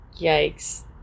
Yikes